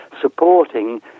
supporting